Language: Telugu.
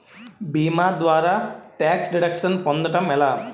భీమా ద్వారా టాక్స్ డిడక్షన్ పొందటం ఎలా?